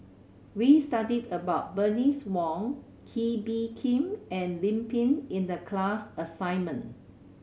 we studied about Bernice Wong Kee Bee Khim and Lim Pin in the class assignment